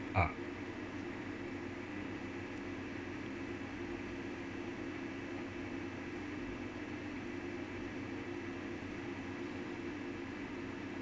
ah